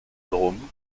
drôme